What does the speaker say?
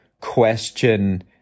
question